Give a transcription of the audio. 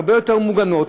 הרבה יותר מוגנות,